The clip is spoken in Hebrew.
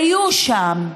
היו שם,